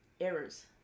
errors